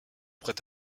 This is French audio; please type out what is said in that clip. prêt